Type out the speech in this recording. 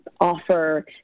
offer